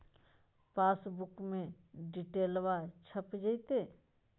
पासबुका में डिटेल्बा छप जयते?